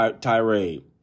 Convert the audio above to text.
tirade